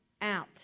out